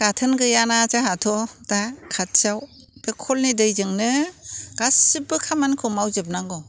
गाथोन गैयाना जोंहाथ' दा खाथियाव बे खलनि दैजोंनो गासैबो खामानिखौ मावजोबनांगौ